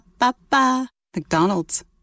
McDonald's